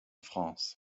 france